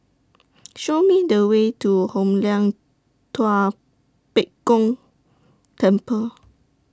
Show Me The Way to Hoon Lam Tua Pek Kong Temple